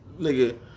Nigga